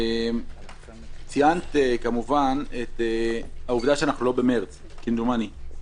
ציינת כמובן את העובדה שאנחנו לא במרץ, כמדומני.